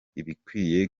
ibikwiye